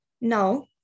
Now